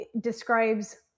describes